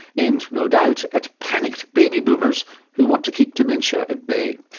aimed no doubt at panicked baby boomers who wants to keep dementia at bay.